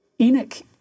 Enoch